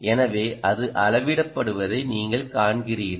எனவே அது அளவிடப்படுவதை நீங்கள் காண்கிறீர்கள்